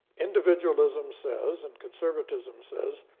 individualism says and conservatism says,